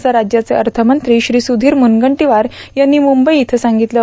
असं राज्याचे अर्थमंत्री श्री सुधीर मुनगंटीवार यांनी मुंबई इथं सांगितलं